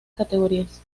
categorías